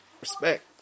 respect